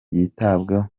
yitabweho